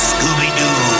Scooby-Doo